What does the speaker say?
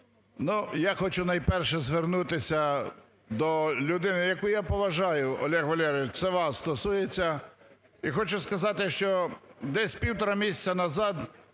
я хочу найперше звернутися до людини, яку я поважаю, Олег Валерійович, це вас стосується. І хочу сказати, що десь півтора місяця назад